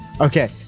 Okay